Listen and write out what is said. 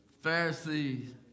Pharisees